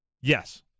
Yes